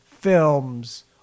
films